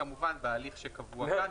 כמובן בהליך שקבוע כאן,